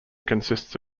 consists